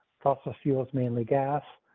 fossil fuels mainly gas,